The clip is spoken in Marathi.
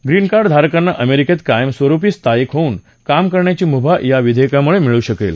ग्रीनकार्डधारकांना अमेरिकेत कायमस्वरुपी स्थाईक होऊन काम करण्याची मुभा या विधेयकामुळे मिळू शकते